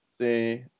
see